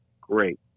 Great